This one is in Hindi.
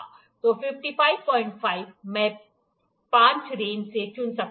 तो 555 मैं 5 रेंज से चुन सकता हूं